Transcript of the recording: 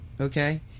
okay